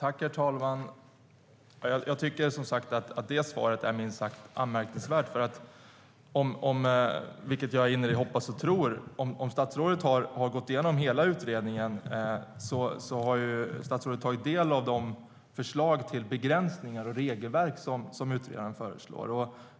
Herr talman! Jag tycker att det svaret är minst sagt anmärkningsvärt. Om statsrådet har gått igenom hela utredningen, vilket jag hoppas och tror, har statsrådet tagit del av de förslag till begränsningar och regelverk som utredaren föreslår.